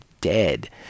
dead